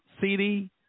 CD